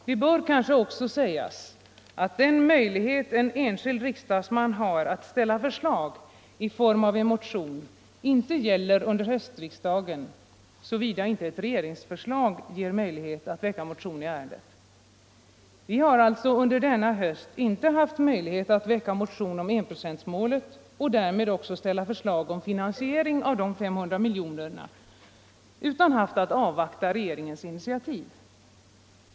Det bör kanske också sägas att den möjlighet en enskild riksdagsman har att ställa förslag i form av en motion inte gäller under höstriksdagen, såvida inte ett regeringsförslag ger möjlighet att väcka motion i ett ärende. Vi har alltså under denna höst inte haft möjlighet att väcka motion om enprocentsmålet och därmed ställa förslag om finansiering av de 500 miljonerna utan haft att avvakta regeringens initiativ.